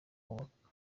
kubaka